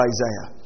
Isaiah